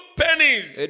pennies